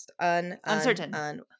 Uncertain